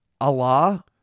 allah